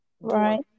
Right